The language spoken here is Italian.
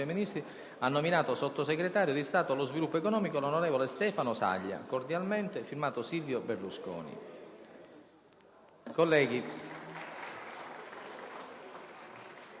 Ministri, ha nominato Sottosegretario di Stato allo Sviluppo economico l'on. Stefano SAGLIA. Cordialmente. *F.to* Silvio Berlusconi».